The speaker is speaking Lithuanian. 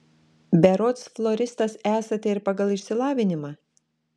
berods floristas esate ir pagal išsilavinimą